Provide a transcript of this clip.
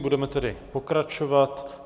Budeme tedy pokračovat.